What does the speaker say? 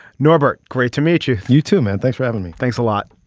norbert great to meet you. you too man. thanks for having me. thanks a lot